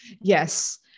Yes